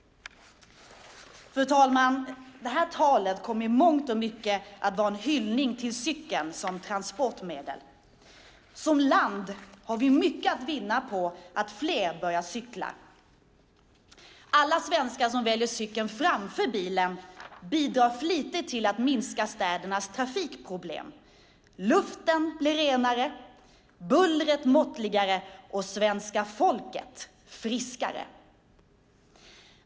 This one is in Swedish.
Fru talman! Det här talet kommer i mångt och mycket att vara en hyllning till cykeln som transportmedel. Som land har vi mycket att vinna på att fler börjar cykla. Alla svenskar som väljer cykeln framför bilen bidrar flitigt till att minska städernas trafikproblem. Luften blir renare, bullret måttligare och svenska folket friskare!